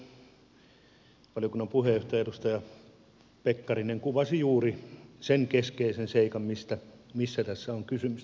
valiokunnan puheenjohtaja edustaja pekkarinen kuvasi juuri sen keskeisen seikan mistä tässä on kysymys